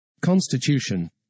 Constitution